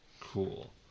Cool